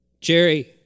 Jerry